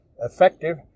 effective